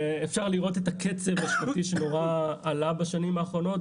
אפשר לראות את הקצב השנתי שמאוד עלה בשנים האחרונות.